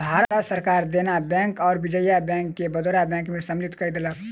भारत सरकार देना बैंक आ विजया बैंक के बड़ौदा बैंक में सम्मलित कय देलक